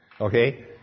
Okay